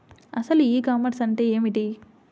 అసలు e commerce అంటే ఏమిటి?